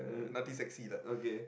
mm okay